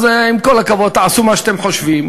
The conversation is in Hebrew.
עם כל הכבוד, תעשו מה שאתם חושבים,